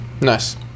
Nice